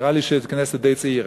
נראה לי שזו כנסת די צעירה,